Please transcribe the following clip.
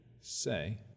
say